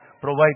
provide